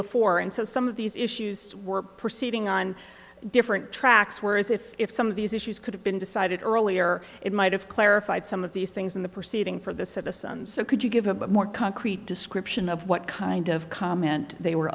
before and so some of these issues were proceeding on different tracks where as if if some of these issues could have been decided earlier it might have clarified some of these things in the proceeding for the citizens so could you give a more concrete description of what kind of comment they were